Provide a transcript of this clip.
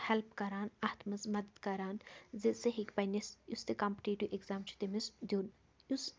help کَران اَتھ منٛز مَدَت کَران زِ سُہ ہیٚکہِ پَنٛنِس یُس تہِ کَمپِٹیٹِو ایٚگزام چھُ تٔمِس دیُن یُس